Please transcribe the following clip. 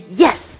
yes